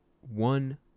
one